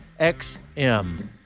XM